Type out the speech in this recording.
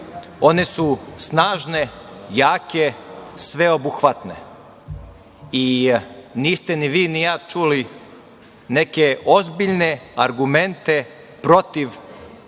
one su snažne, jake, sveobuhvatne i niste ni vi ni ja čuli neke ozbiljne argumente protiv